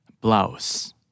Blouse